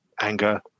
anger